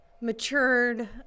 matured